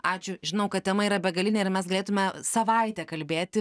ačiū žinau kad tema yra begalinė ir mes galėtume savaitę kalbėti